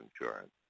insurance